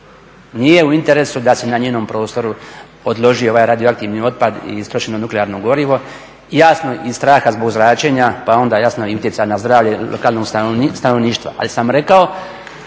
nije u interesu da se na njenom prostoru odloži ovaj radioaktivni otpad i istrošeno nuklearno gorivo, jasno iz straha zbog zračenja pa onda jasno i utjecaj na zdravlje lokalnog stanovništva. Ali sam rekao